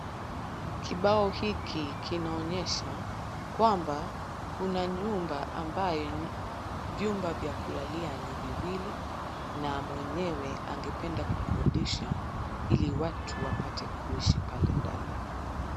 Kibao hiki kinaonyesha kwamba kuna nyumba ambayo vyumba vya kulalia ni viwili na mwenyewe angependa kukodisha ili watu wapate kuishi pale ndani.